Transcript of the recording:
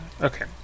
Okay